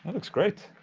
looks great